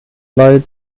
leid